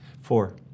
Four